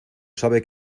sabe